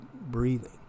breathing